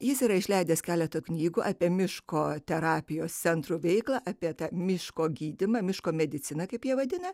jis yra išleidęs keletą knygų apie miško terapijos centro veiklą apie tą miško gydymą miško mediciną kaip jie vadina